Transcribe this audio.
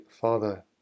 Father